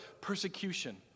persecution